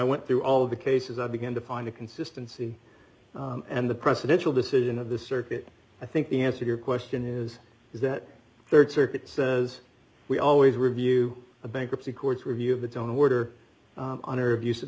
went through all of the cases i began to find a consistency and the presidential decision of the circuit i think the answer your question is is that rd circuit says we always review the bankruptcy courts review but don't water on or abus